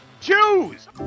Choose